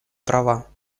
права